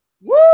Woo